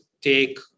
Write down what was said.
take